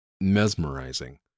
mesmerizing